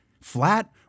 Flat